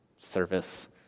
service